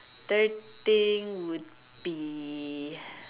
third thing would be